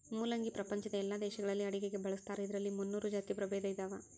ಮುಲ್ಲಂಗಿ ಪ್ರಪಂಚದ ಎಲ್ಲಾ ದೇಶಗಳಲ್ಲಿ ಅಡುಗೆಗೆ ಬಳಸ್ತಾರ ಇದರಲ್ಲಿ ಮುನ್ನೂರು ಜಾತಿ ಪ್ರಭೇದ ಇದಾವ